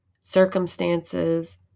circumstances